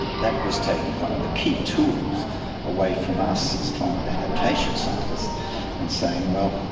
that was taking one of the key tools away from us as climate adaptation scientists and saying, well,